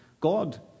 god